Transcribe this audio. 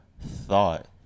thought